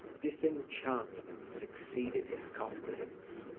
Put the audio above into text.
disenchantment succeeded his confidence.